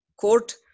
court